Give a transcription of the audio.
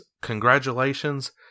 Congratulations